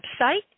website